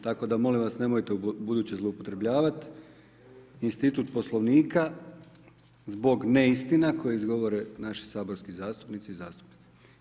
Tako da molim vas nemojte ubuduće zloupotrebljavati institut Poslovnika zbog neistina koje izgovore naši saborski zastupnici i zastupnice.